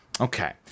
Okay